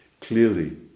Clearly